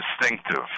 distinctive